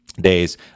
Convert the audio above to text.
days